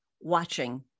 watching